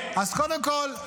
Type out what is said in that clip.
אז קודם כול,